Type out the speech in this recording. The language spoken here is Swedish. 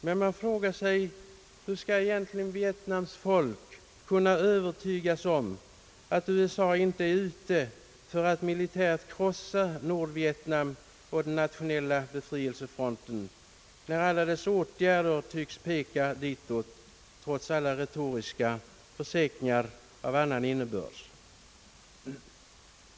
Men man frågar sig hur det vietnamesiska folket egentligen skall kunna övertygas om att USA inte är ute för att militärt krossa Nordvietnam och den nationella befrielsefronten, när dess åtgärder tycks peka ditåt — trots alla retoriska försäkringar av annan innebörd.